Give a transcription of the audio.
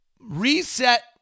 Reset